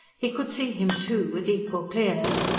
he could see him, too, with equal clearness,